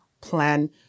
plan